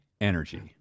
energy